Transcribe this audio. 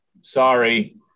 sorry